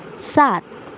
सात